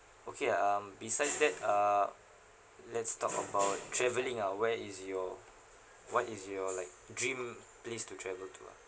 okay um beside that uh let's talk about travelling ah where is your what is your like dream place to travel to